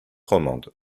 romande